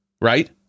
right